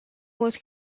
was